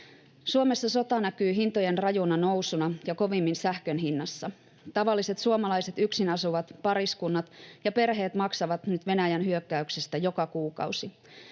Suomessa sota näkyy hintojen rajuna nousuna ja kovimmin sähkön hinnassa. Tavalliset suomalaiset yksin asuvat, pariskunnat ja perheet maksavat Venäjän hyökkäyksestä joka kuukausi.